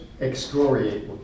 excoriate